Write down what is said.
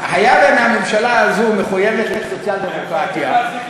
היה והממשלה הזאת מחויבת לסוציאל-דמוקרטיה,